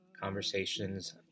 conversations